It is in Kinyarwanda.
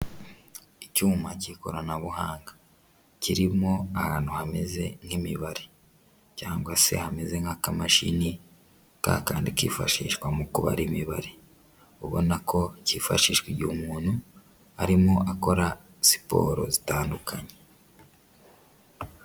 Icyuma cy'ikoranabuhanga, kirimo ahantu hameze nk'imibare cyangwa se hameze nk'akamashini kakandi kifashishwa mu kubara imibare, ubona ko cyifashishwa igihe umuntu arimo akora siporo zitandukanye.